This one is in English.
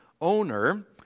owner